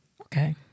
Okay